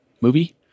movie